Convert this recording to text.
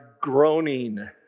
groaning